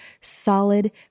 solid